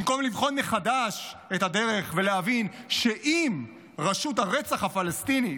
במקום לבחון מחדש את הדרך ולהבין שאם רשות הרצח הפלסטינית,